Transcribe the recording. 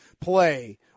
play